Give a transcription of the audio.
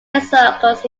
encircles